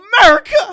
America